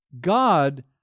God